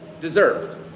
deserved